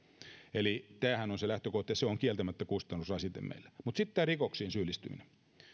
eli tämähän on se lähtökohta ja se on kieltämättä kustannusrasite meille mutta sitten tämä rikoksiin syyllistyminen